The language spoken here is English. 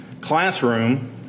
classroom